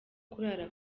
kurara